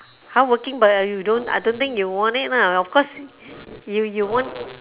hardworking but I you don't I don't think you'll want it lah of course you you want